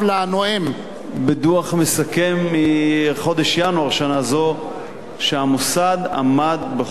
בדוח מסכם מחודש ינואר שנה זו שהמוסד עמד בכל אותם קריטריונים,